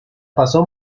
pasó